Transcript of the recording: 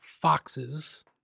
foxes